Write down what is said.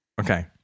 Okay